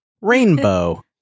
Rainbow